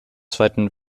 zweiten